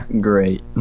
Great